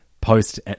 post